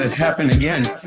and happen again